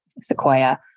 Sequoia